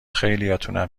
خیلیاتونم